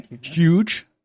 huge